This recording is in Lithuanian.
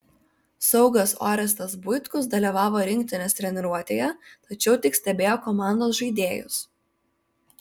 saugas orestas buitkus dalyvavo rinktinės treniruotėje tačiau tik stebėjo komandos žaidėjus